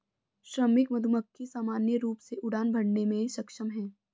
श्रमिक मधुमक्खी सामान्य रूप से उड़ान भरने में सक्षम हैं